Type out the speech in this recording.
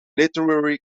literary